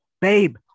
Babe